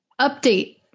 update